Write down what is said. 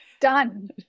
done